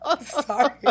sorry